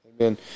Amen